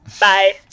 Bye